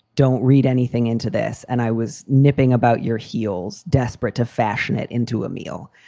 don't read anything into this. and i was nipping about your heels, desperate to fashion it into a meal.